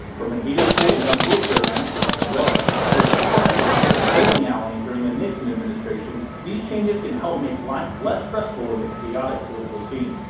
from a heated pool and wheelchair ramps for fdr, to a flower shop and a bowling alley during the nixon administration, these changes can help make life less stressful in the chaotic political scene.